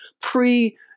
pre